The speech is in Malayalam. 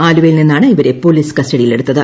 ആലുവയിൽ നിന്നാണ് ഇവരെ പോലീസ് കസ്റ്റഡിയിലെടുത്തത്